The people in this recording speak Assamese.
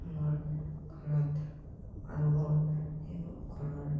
মোৰ ঘৰত আৰু মোৰ সেও ঘৰৰ